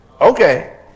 Okay